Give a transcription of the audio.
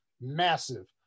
massive